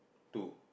two